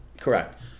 correct